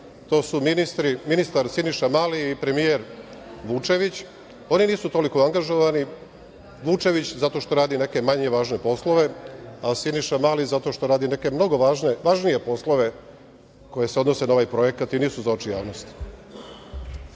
to su ministar Siniša Mali i premijer Vučević, i oni nisu toliko angažovani. Vučević, zato što radi neke manje važne poslove, a Siniša Mali zato što radi mnogo važnije poslove koji se odnose na ovaj projekat, koje nisu za oči javnosti. Mislio